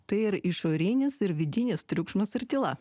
tai ir išorinis ir vidinis triukšmas ir tyla